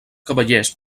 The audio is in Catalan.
cavallers